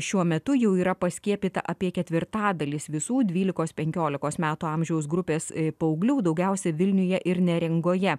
šiuo metu jau yra paskiepyta apie ketvirtadalis visų dvylikos penkiolikos metų amžiaus grupės paauglių daugiausia vilniuje ir neringoje